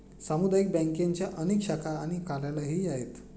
सामुदायिक बँकांच्या अनेक शाखा आणि कार्यालयेही आहेत